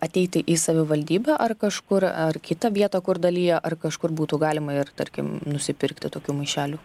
ateiti į savivaldybę ar kažkur ar kitą vietą kur dalyje ar kažkur būtų galima ir tarkim nusipirkti tokių maišelių